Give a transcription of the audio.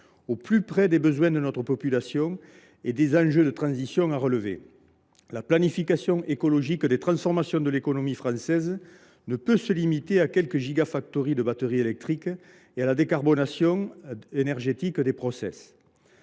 au plus près des besoins de notre population et des défis de transition à relever. La planification écologique des transformations de l’économie française ne saurait se limiter à quelques de batteries électriques et à la décarbonation énergétique des process.